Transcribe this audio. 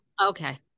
okay